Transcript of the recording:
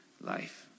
life